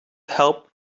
help